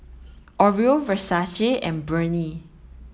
Oreo Versace and Burnie